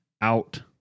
out